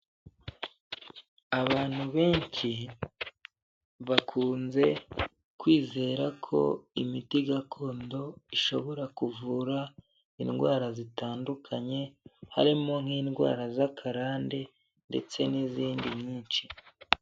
Abantu benshi bakunze kwizera ko imiti gakondo ishobora kuvura indwara zitandukanye, harimo nk'indwara z'akarande ndetse n'izindi nyinshi.